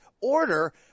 order